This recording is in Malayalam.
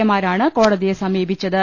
എ മാരാണ് കോടതിയെ സമീപിച്ചത്